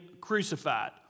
crucified